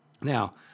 Now